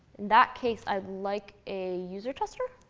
that case, i'd like a user tester.